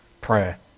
prayer